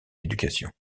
l’éducation